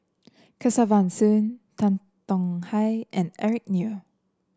Kesavan Soon Tan Tong Hye and Eric Neo